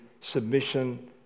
submission